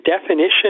definition